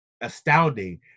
astounding